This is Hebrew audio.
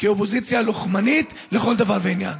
כאופוזיציה לוחמנית לכל דבר ועניין.